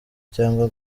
cyangwa